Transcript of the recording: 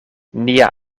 nia